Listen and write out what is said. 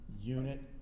unit